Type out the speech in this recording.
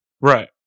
right